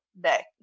day